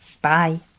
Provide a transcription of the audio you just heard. Bye